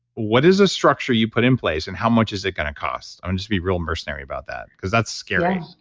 what is a structure you put in place and how much is it going to cost? i'm just being real mercenary about that because that's scary.